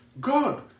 God